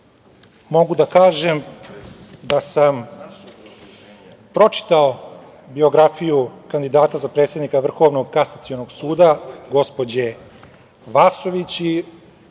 da kažem da sam pročitao biografiju kandidata za predsednika Vrhovnog kasacionog suda, gospođe Vasović,